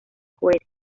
cohete